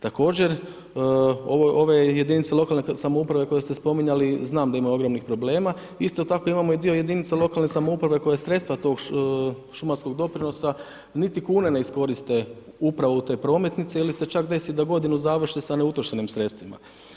Također ove jedinice lokalne samouprave koje ste spominjali, znam da imaju ogromnih problema, isto tako imamo dio i jedinice lokalne samouprave koje sredstva tog šumarskog doprinosa niti kune ne iskoriste uprave u te prometnice, ili se čak desi da godinu završe sa neutrošenim sredstvima.